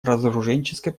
разоруженческой